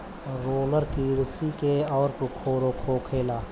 roller किरसी के औजार होखेला